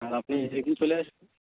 আর আপনি নিজে একদিন চলে আসুন